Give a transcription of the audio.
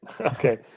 Okay